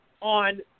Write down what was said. on